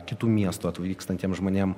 kitų miestų atvykstantiem žmonėm